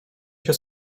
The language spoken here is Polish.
się